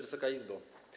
Wysoka Izbo!